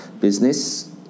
business